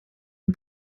and